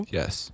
yes